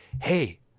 Hey